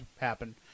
happen